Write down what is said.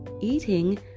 eating